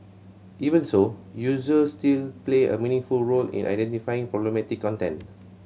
even so users still play a meaningful role in identifying problematic content